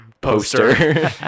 poster